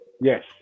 Yes